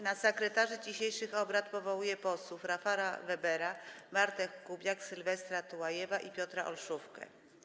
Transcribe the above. Na sekretarzy dzisiejszych obrad powołuję posłów Rafała Webera, Martę Kubiak, Sylwestra Tułajewa i Piotra Olszówkę.